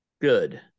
good